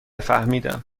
فهمیدم